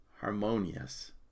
Harmonious